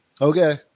Okay